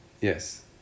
yes